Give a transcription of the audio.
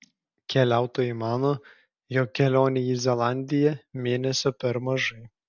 keliautojai mano jog kelionei į zelandiją mėnesio per mažai